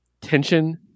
tension